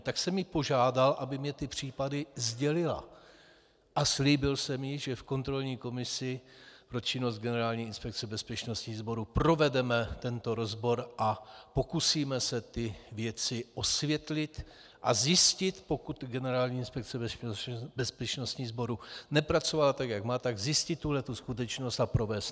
Tak jsem ji požádal, aby mi ty případy sdělila, a slíbil jsem jí, že v kontrolní komisi pro činnost Generální inspekce bezpečnostních sborů provedeme tento rozbor a pokusíme se ty věci osvětlit, a pokud Generální inspekce bezpečnostních sborů nepracovala tak, jak má, zjistit tuto skutečnost a provést nápravu.